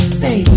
say